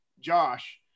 Josh